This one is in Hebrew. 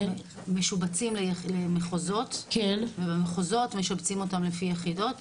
משובצים למחוזות ובמחוזות משבצים אותם לפי יחידות,